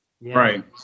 Right